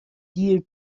دیر